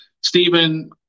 Stephen